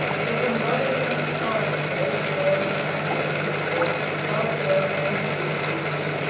edwin nodded and departed, very slowly and idly, towards trafalgar road and bleakridge.